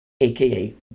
aka